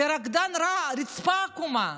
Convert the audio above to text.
לרקדן רע הרצפה עקומה.